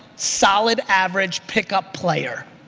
solid average pickup player